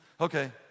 okay